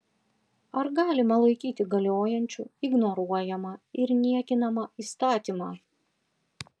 ar galima laikyti galiojančiu ignoruojamą ir niekinamą įstatymą